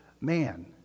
man